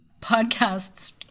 podcasts